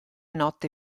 notte